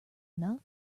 enough